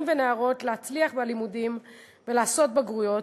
ולנערות להצליח בלימודים ולעשות בגרויות,